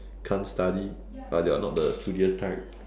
can't study or they are not the studious type